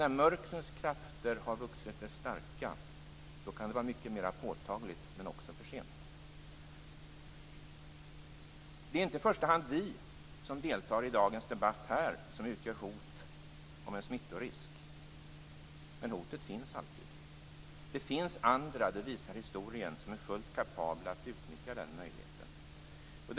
När mörkrets krafter har vuxit sig starka kan riskerna vara mycket mera påtagliga, men det kan också vara för sent. Det är inte i första hand vi som deltar i dagens debatt här som står för en smittorisk, men hotet finns alltid. Historien visar att det finns andra som är fullt kapabla att utnyttja en sådan här möjlighet.